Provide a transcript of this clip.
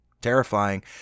terrifying